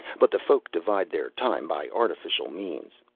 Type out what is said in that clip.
but the folk divide their time by artificial means.